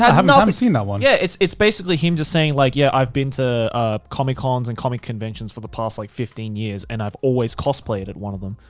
haven't haven't seen that one. yeah. it's it's basically him just saying like, yeah, i've been to comicons and comic conventions for the past, like fifteen years. and i've always cosplayed at one of them.